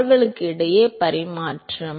அவர்களுக்கு இடையே பரிமாற்றம்